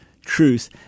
Truth